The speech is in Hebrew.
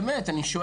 אני באמת שואל.